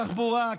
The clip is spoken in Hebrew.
קח תחבורה?